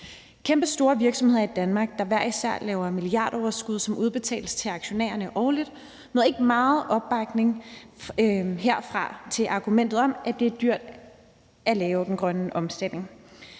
Kæmpestore virksomheder i Danmark, der hver især laver milliardoverskud, som udbetales til aktionærerne årligt, møder ikke meget opbakning herfra til argumentet om, at det er dyrt at lave den grønne omstilling.